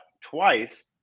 twice